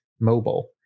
mobile